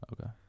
Okay